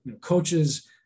coaches